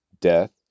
Death